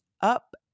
up